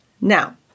Now